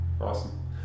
awesome